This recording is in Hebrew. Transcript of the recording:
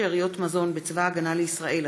הצעת חוק שאריות מזון בצבא ההגנה לישראל,